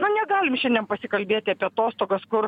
nu negalim šiandien pasikalbėti apie atostogas kur